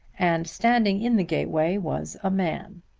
and standing in the gateway was a man.